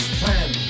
plan